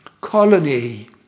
colony